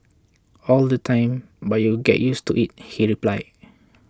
all the time but you get used to it he replied